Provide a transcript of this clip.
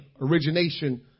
origination